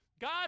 God